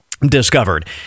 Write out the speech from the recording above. discovered